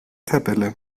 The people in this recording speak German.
tabelle